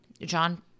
John